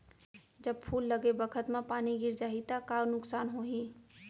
जब फूल लगे बखत म पानी गिर जाही त का नुकसान होगी?